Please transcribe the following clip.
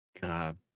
God